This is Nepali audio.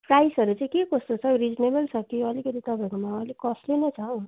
प्राइसहरू चाहिँ के कस्तो छ हौ रिजनेबल छ कि अलिकति तपाईँहरूकोमा अलिक कस्टली नै छ हो